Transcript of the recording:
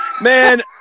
Man